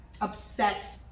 obsessed